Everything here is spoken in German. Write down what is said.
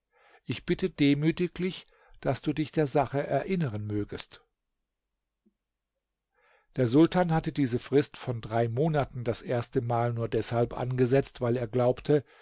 ich bitte demütiglich daß du dich der sache erinneren mögest der sultan hatte diese frist von drei monaten das erste mal nur deshalb angesetzt weil er glaubte